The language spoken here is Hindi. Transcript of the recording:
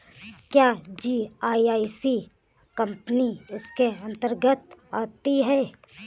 क्या जी.आई.सी कंपनी इसके अन्तर्गत आती है?